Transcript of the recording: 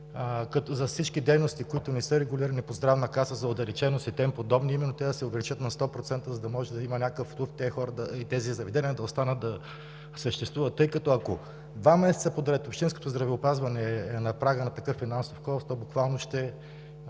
за всички дейности, които не са регулирани по Здравната каса – за отдалеченост и други подобни, именно те да се увеличат на 100%, за да може да има някакъв луфт, тези хора и тези заведения да останат да съществуват. Ако два месеца подред общинското здравеопазване е на прага на такъв финансов колапс, то буквално ще